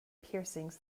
piercings